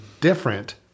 different